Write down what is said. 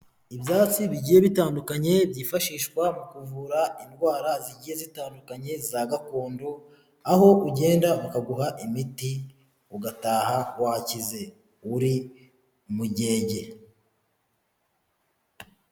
Ibyatsi bigiye bitandukanye byifashishwa mu kuvura indwara zigiye zitandukanye za gakondo, aho ugenda bakaguha imiti ugataha wakize uri umugege.